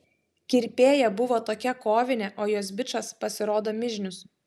kirpėja buvo tokia kovinė o jos bičas pasirodo mižnius